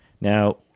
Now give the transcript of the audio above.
Now